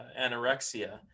anorexia